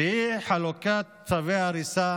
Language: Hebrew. והיא חלוקת צווי הריסה